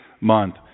month